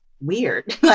weird